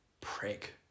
Prick